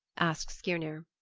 asked skirnir.